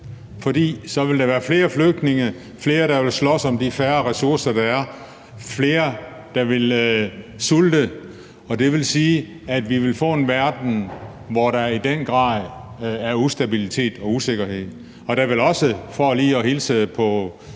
for så vil der være flere flygtninge, flere, der vil slås om de færre ressourcer, der er, flere, der vil sulte. Og det vil sige, at vi vil få en verden, hvor der i den grad er ustabilitet og usikkerhed. Og der vil også, for lige at tale om